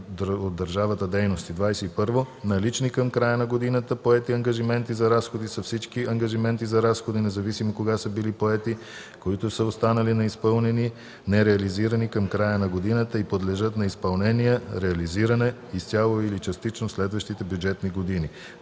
от държавата дейности. 21. „Налични към края на годината поети ангажименти за разходи” са всички ангажименти за разходи, независимо кога са били поети, които са останали неизпълнени/нереализирани към края на годината и подлежат на изпълнение/реализиране изцяло или частично в следващите бюджетни години.